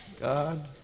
God